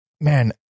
man